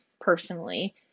personally